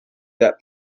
that